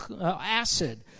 acid